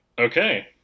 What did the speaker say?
Okay